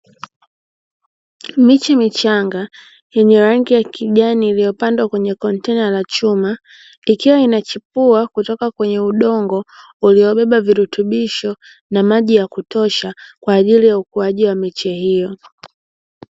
Miche michanga yenye rangi ya kijani iliyopandwa kwenye kontena la chuma, ikiwa inachipua kutoka kwenye udongo uliobeba virutubisho na maji ya kutosha, kwa ajili ya ukuaji wa miche hiyo.